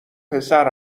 پسر